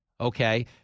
okay